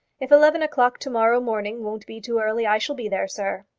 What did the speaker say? if eleven o'clock to-morrow morning won't be too early, i shall be there, sir.